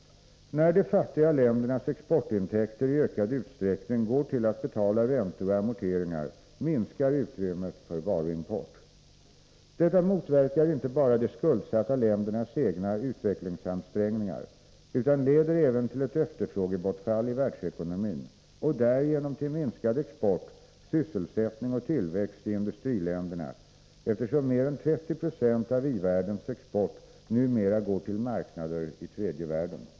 När de fattiga ländernas exportintäkter i ökad utsträckning går till att betala räntor och amorteringar minskar utrymmet för varuimport. Detta motverkar inte bara de skuldsatta ländernas egna utvecklingsansträngningar utan leder även till ett efterfrågebortfall i världsekonomin och därigenom till minskad export, sysselsättning och tillväxt i industriländerna, eftersom mer än 30 26 av i-världens export numera går till marknader i tredje världen.